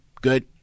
Good